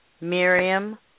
Miriam